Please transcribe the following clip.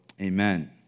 amen